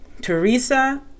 Teresa